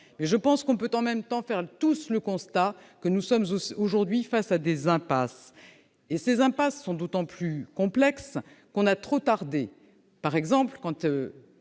temps, je pense qu'on peut tous faire le constat que nous sommes aujourd'hui face à des impasses, qui sont d'autant plus complexes qu'on a trop tardé. Par exemple, quand